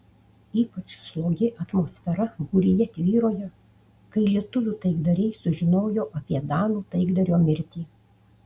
ypač slogi atmosfera būryje tvyrojo kai lietuvių taikdariai sužinojo apie danų taikdario mirtį